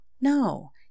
no